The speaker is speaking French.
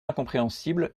incompréhensible